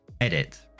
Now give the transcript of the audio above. edit